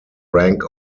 rank